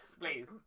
please